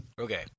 Okay